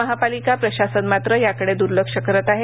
महापालिका प्रशासन मात्र याकडेदुर्लक्ष करत आहे